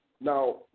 Now